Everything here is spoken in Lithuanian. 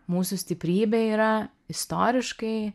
mūsų stiprybė yra istoriškai